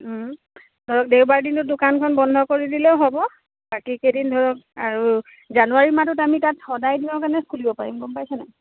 ধৰক দেওবাৰ দিনত দোকানখন বন্ধ কৰি দিলেও হ'ব বাকী কেইদিন ধৰক আৰু জানুৱাৰী মাহটোত আমি তাত সদায় দিনৰ কাৰণে খুলিব পাৰিম গম পাইছে নে নাই